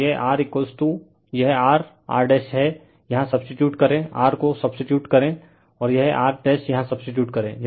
तो यह R यह R R है यहाँ सब्सटीटयूट करें R को सब्सटीटयूट करें और यह R यहाँ सब्सटीटयूट करें